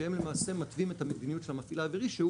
שהם למעשה מתווים את המדיניות של המפעיל האווירי שהוא